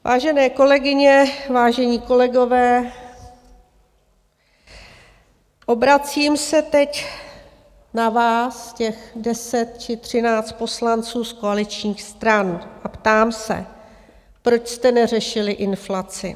Vážené kolegyně, vážení kolegové, obracím se teď na vás, těch deset či třináct poslanců z koaličních stran, a ptám se, proč jste neřešili inflaci?